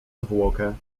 zwłokę